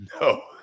No